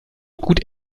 gut